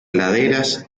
laderas